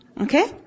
Okay